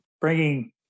bringing –